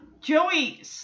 Joey